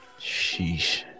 Sheesh